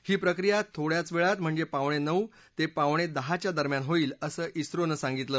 ही प्रक्रिया थोड्याच वेळात म्हणजे पावणे नऊ ते पावणे दहाच्या दरम्यान होईल असं झोनं सांगितलं